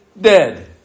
dead